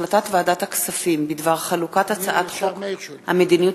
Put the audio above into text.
החלטת ועדת הכספים בדבר חלוקת הצעת חוק המדיניות